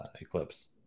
Eclipse